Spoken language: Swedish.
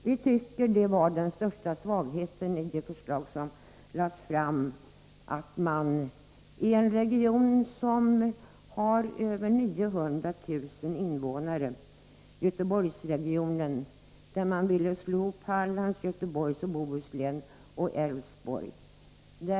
Vi tycker att den stora svagheten i det framlagda förslaget var att man i en region med över 900 000 invånare, Göteborgsregionen, ville slå ihop Hallands län, Göteborgs och Bohus län och Älvsborgs län till ett regionalt område.